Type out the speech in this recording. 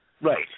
Right